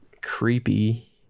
creepy